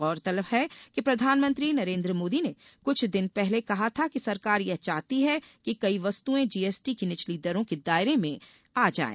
गौरतलब है कि प्रधानमंत्री नरेन्द्र मोदी ने कुछ दिन पहले कहा था कि सरकार यह चाहती है कि कई वस्तुएं जीएसटी की निचली दरों के दायरे में आ जाये